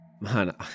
Man